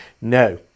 No